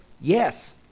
Yes